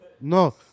No